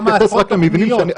כמה עשרות תוכניות.